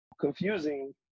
confusing